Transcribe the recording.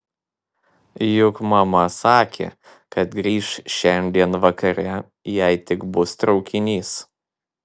juk mama sakė kad grįš šiandien vakare jei tik bus traukinys